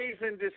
amazing